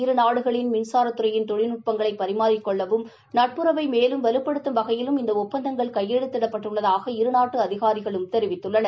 இருநாடுகளின் மின்சாரதுறையின் தொழில்நுட்பங்களை பரிமாறிக் கொள்ளவும் நட்புறவை மேலும் வலுப்படுத்தும் வகையிலும் இந்த ஒப்பந்தங்கள் கையெழுத்திடப்பட்டுள்ளதாக இரு நாட்டு அதிகாரிகளும் தெரிவித்துள்ளனர்